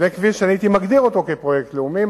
זה כביש שהייתי מגדיר אותו כפרויקט לאומי,